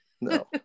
No